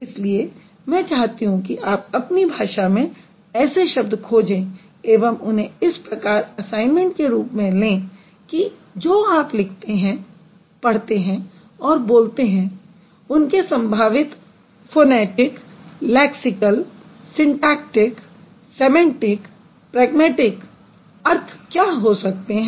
इसीलिये मैं चाहती हूँ कि आप अपनी भाषा में ऐसे शब्द खोजें एवं उन्हें इस प्रकार असाइनमेंट के रूप में लें कि जो आप लिखते हैं पढ़ते हैं और बोलते हैं उनके सम्भावित phonetic lexical syntactic semantic pragmatic अर्थ क्या हो सकते हैं